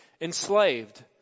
enslaved